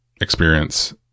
experience